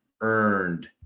earned